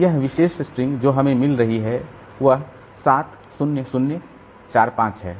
तो यह विशेष स्ट्रिंग जो हमें मिल रही है वह 70045 है